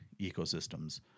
ecosystems